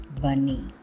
bunny